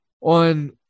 on